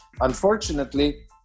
Unfortunately